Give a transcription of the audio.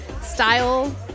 style